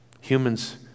Humans